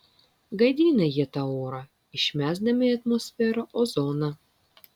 gadina jie tą orą išmesdami į atmosferą ozoną